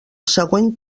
següent